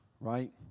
right